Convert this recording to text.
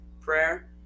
Prayer